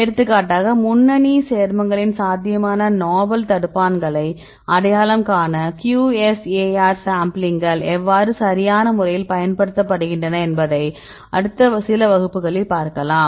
எடுத்துக்காட்டாக முன்னணி சேர்மங்களின் சாத்தியமான நாவல் தடுப்பான்களை அடையாளம் காண QSAR சாம்பிளிங்கள் எவ்வாறு சரியான முறையில் பயன்படுத்தப்படுகின்றன என்பதைப் அடுத்த சில வகுப்புகளில் பார்க்கலாம்